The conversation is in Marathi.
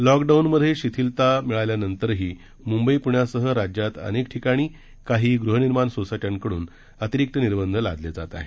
लॉकडाऊमध्ये शिथिलता मिळाल्यानंतरही मुंबई पुण्यासह राज्यात अनेक ठिकाणी काही गृहनिर्माण सोसायट्यांकडून अतिरीक्त निर्बंध लादले जात आहेत